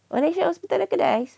malaysia hospital recognize